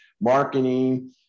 marketing